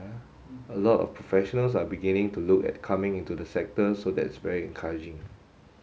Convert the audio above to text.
a lot of professionals are beginning to look at coming into the sector so that's very encouraging